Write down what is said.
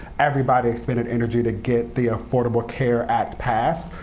everybody expended energy to get the affordable care act passed,